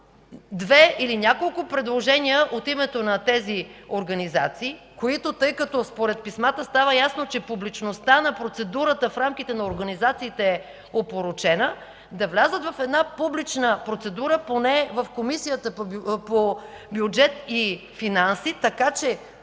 две или няколко предложения от името на тези организации, тъй като според писмата става ясно, че публичността на процедурата в рамките на организациите е опорочена, да влязат в една публична процедура поне в Комисията по бюджет и финанси, така че